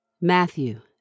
Matthew